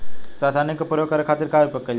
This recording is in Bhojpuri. रसायनिक के प्रयोग करे खातिर का उपयोग कईल जाला?